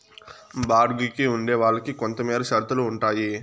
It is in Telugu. బాడుగికి ఉండే వాళ్ళకి కొంతమేర షరతులు ఉంటాయి